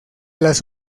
las